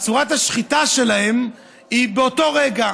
צורת השחיטה שלהם היא באותו רגע,